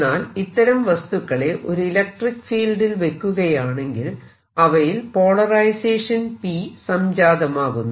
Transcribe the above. എന്നാൽ ഇത്തരം വസ്തുക്കളെ ഒരു ഇലക്ട്രിക്ക് ഫീൽഡിൽ വെക്കുകയാണെങ്കിൽ അവയിൽ പോളറൈസേഷൻ P സംജാതമാകുന്നു